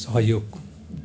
सहयोग